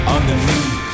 Underneath